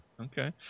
okay